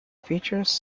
features